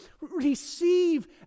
Receive